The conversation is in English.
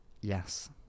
Yes